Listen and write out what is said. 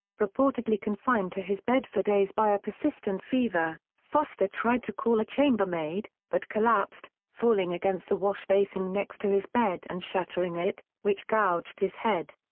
reportedly confined to his bed for days by a persistent fever, foster tried to call a chambermaid, but collapsed, falling against the washbasin next to his bed and shattering it, which gouged his head.